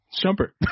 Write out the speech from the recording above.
jumper